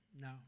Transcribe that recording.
no